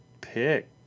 pick